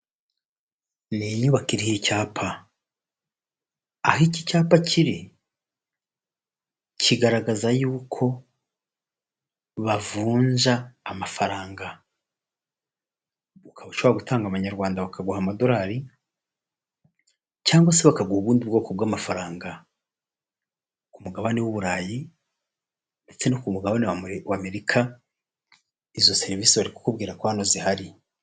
Ni inyubako iriho icyapa ,aho iki cyapa kiri kigaragaza yuko bavunja amafaranga ukaba ushobora gutanga abanyarwanda bakaguha amadolari cyangwa se bakagu ubundi bwoko bw'amafaranga ku mugabane w'ubu burayi ndetse no ku mugabane wa wa amerika izo serivisi bari kukubwira ko hano zihari.